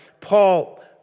Paul